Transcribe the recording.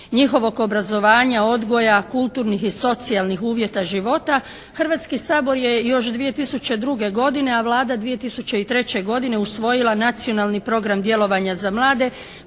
njihovog obrazovanja, odgoja, kulturnih i socijalnih uvjeta života, Hrvatski sabor je još 2002. godine, a Vlada 2003. godine usvojila Nacionalni program djelovanja za mlade